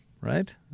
right